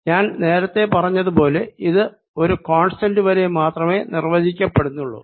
ഞാൻ നേരത്തെ പറഞ്ഞത് പോലെ ഇത് ഒരു കോൺസ്റ്റന്റ് വരെ മാത്രമേ നിർവചിക്കപ്പെടുന്നുള്ളൂ